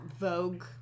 Vogue